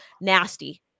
nasty